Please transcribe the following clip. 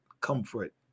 Comfort